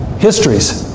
histories,